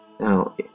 Now